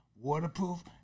waterproof